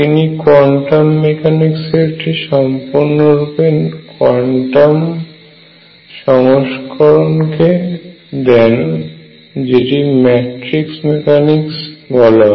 তিনি কোয়ান্টাম মেকানিক্সের একটি সম্পূর্ণরূপে কোয়ান্টাম সংস্করণ নিয়ে আনেন যা ম্যাট্রিক্স মেকানিক্স নামে পরিচিত